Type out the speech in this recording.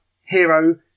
hero